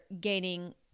gaining